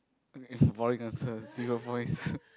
boring answer zero points